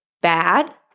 bad